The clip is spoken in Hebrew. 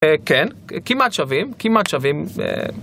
אה כן, כמעט שווים, כמעט שווים.